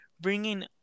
bringing